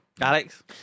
Alex